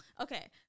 Okay